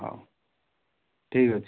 ହଉ ଠିକ୍ ଅଛି